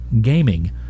gaming